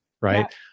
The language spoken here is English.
right